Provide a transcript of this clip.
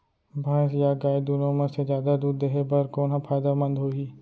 भैंस या गाय दुनो म से जादा दूध देहे बर कोन ह फायदामंद होही?